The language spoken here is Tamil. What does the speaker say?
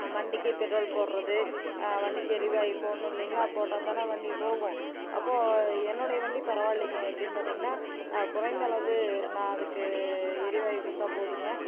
வண்டிக்கி பெட்ரோல் போடுறது வண்டிக்கு எரிவாயு போடணும் இல்லைங்களா போட்டால் தானே வண்டி போகும் அப்போ என்னுடைய வண்டி பரவால்லைங்க எப்படின்னு பார்த்திங்கன்னா குறைந்த அளவு நான் அதுக்கு எரிவாயு கொடுத்தா போதுங்க